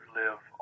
live